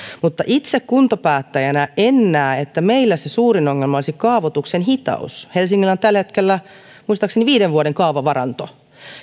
mutta itse kuntapäättäjänä en näe että meillä se suurin ongelma olisi kaavoituksen hitaus helsingillä on tällä hetkellä muistaakseni viiden vuoden kaavavaranto